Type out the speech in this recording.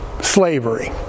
slavery